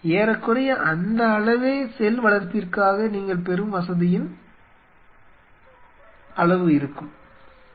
ஏறக்குறைய அந்த அளவே செல் வளர்ப்பிற்காக நீங்கள் பெறும் வசதியின் அளவாகும்